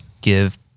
give